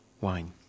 wine